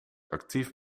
actief